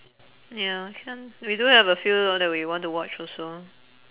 ya can we do have a few more that we want to watch also